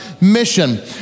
mission